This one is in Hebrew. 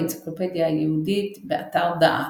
ב"אנציקלופדיה יהודית" באתר "דעת"